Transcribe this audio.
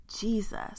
jesus